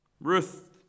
Ruth